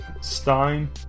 Stein